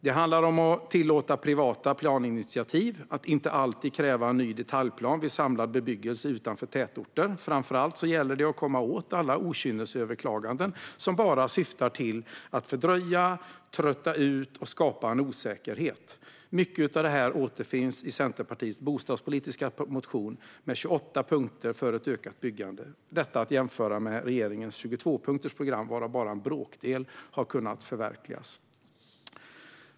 Det handlar om att tillåta privata planinitiativ och att inte alltid kräva en ny detaljplan vid samlad bebyggelse utanför tätorter. Framför allt gäller det att komma åt alla okynnesöverklaganden som bara syftar till att fördröja, trötta ut och skapa osäkerhet. Mycket av detta återfinns i Centerpartiets bostadspolitiska motion med 28 punkter för ett ökat byggande - detta att jämföra med regeringens 22-punktersprogram, varav bara en bråkdel har kunnat förverkligas.